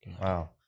wow